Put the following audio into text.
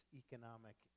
economic